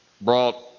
brought